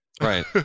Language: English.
right